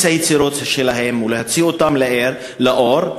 את היצירות שלהם ולהוציא אותן לאור,